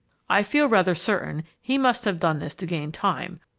i feel rather certain he must have done this to gain time,